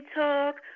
talk